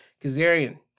Kazarian